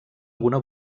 alguna